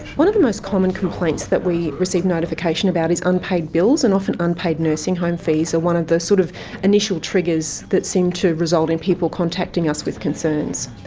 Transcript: one of the most common complaints that we receive notification about is unpaid bills, and often unpaid nursing home fees are one of the sort of initial triggers that seem to result in people contacting us with concerns.